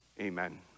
Amen